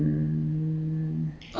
it's not difficult at all